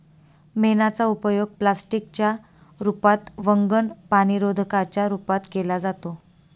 मेणाचा उपयोग प्लास्टिक च्या रूपात, वंगण, पाणीरोधका च्या रूपात केला जातो